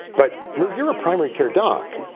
but, lou, you're a primary care doc.